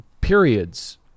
periods